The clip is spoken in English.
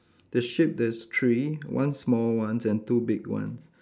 the sheep there's three one small ones and two big ones